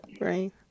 Right